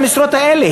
אין בהם המשרות האלה.